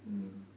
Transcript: mm